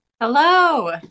Hello